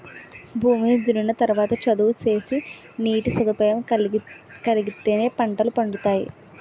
భూమిని దున్నిన తరవాత చదును సేసి నీటి సదుపాయం కలిగిత్తేనే పంటలు పండతాయి